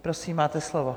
Prosím, máte slovo.